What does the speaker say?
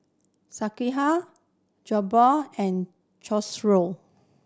Sekihan Jokbal and Chorizo